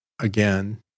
again